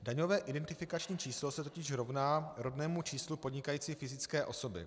Daňové identifikační číslo se totiž rovná rodnému číslu podnikající fyzické osoby.